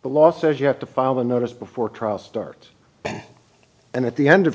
the law says you have to file the notice before trial starts and at the end of